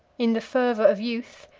in the fervor of youth,